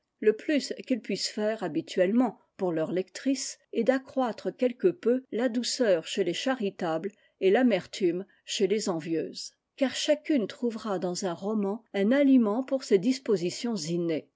le plus qu'ils puissent faire habituellement pour leurs lectrices est d'accroître quelque peu la douceur chez les charitables et l'amertume chez les envieuses car chacune trouvera dans un roman un aliment pour ses dispositions innées